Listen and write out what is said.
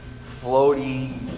floaty